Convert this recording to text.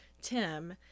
Tim